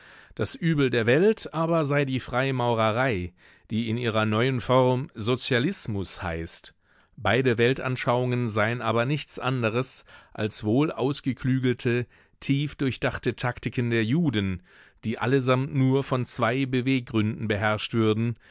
das übel der welt aber sei die freimaurerei die in ihrer neuen form sozialismus heißt beide weltanschauungen seien aber nichts anderes als wohlausgeklügelte tiefdurchdachte taktiken der juden die allesamt nur von zwei beweggründen beherrscht würden